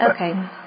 Okay